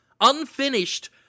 Unfinished